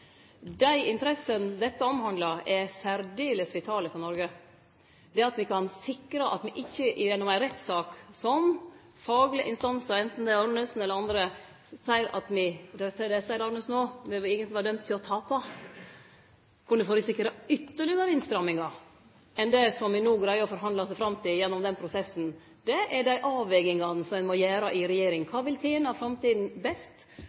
Dei interessene dette omhandlar, er særdeles vitale for Noreg. Det at me kan sikre at me ikkje gjennom ei rettssak som faglege instansar, anten det er Arnesen eller andre, seier at me eigentleg ville vere dømde til å tape, kunne risikere ytterlegare innstrammingar enn det som me no greier å forhandle oss fram til gjennom den prosessen, det er dei avvegingane som ein må gjere i regjering. Kva vil tene framtida best?